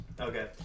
Okay